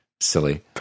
Silly